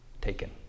taken